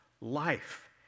life